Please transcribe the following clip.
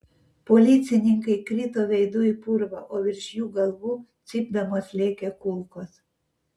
policininkai krito veidu į purvą o virš jų galvų cypdamos lėkė kulkos